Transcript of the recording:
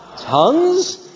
tongues